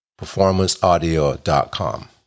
Performanceaudio.com